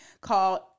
called